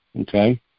Okay